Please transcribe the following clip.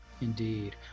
indeed